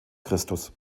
christus